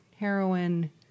Heroin